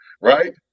right